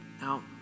Now